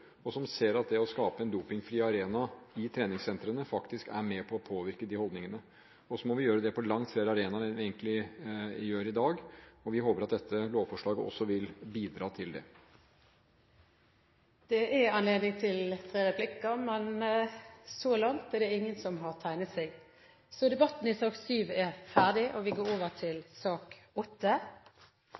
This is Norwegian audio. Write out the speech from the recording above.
og som ser at det å skape en dopingfri arena i treningssentrene faktisk er med på å påvirke de holdningene. Så må vi gjøre det på langt flere arenaer enn vi egentlig gjør i dag, og vi håper at dette lovforslaget også vil bidra til det. Flere har ikke bedt om ordet til sak nr. 7. Etter ønske fra helse- og omsorgskomiteen vil presidenten foreslå at taletiden begrenses til 40 minutter og fordeles med inntil 5 minutter til hvert parti og inntil 5 minutter til